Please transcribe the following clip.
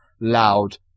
loud